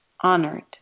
honored